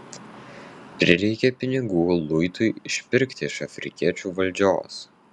prireikė pinigų luitui išpirkti iš afrikiečių valdžios